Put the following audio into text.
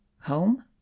Home